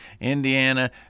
Indiana